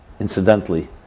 incidentally